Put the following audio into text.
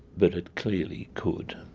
but it clearly could.